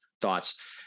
thoughts